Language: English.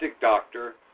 doctor